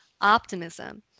Optimism